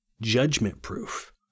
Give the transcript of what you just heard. judgment-proof